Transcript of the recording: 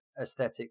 aesthetic